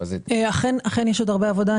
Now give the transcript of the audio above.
אכן יש עוד הרבה עבודה.